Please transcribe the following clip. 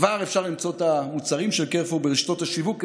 כבר אפשר למצוא את המוצרים של Carrefour ברשתות השיווק.